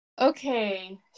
okay